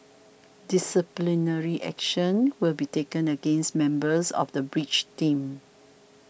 disciplinary action will be taken against members of the bridge teams